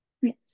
yes